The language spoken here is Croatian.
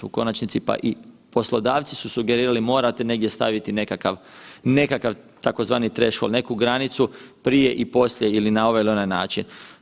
U konačnici, pa i poslodavci su sugerirali morate negdje staviti nekakav, nekakav tzv. trešvol, neku granicu prije i poslije ili na ovaj ili onaj način.